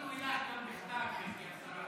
פנינו אלייך גם בכתב, גברתי השרה.